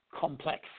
complex